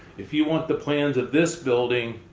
if you want the plans of this building,